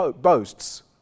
boasts